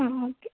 ആ ഓക്കേ